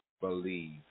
believe